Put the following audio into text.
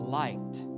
liked